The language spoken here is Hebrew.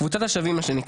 קבוצת השווים, מה שנקרא.